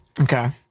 Okay